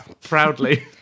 proudly